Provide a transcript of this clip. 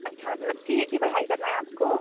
अच्छा मतलब C A की पढ़ाई करना है आपको